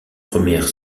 première